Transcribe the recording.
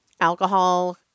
Alcohol